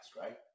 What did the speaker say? right